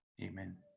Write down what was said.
Amen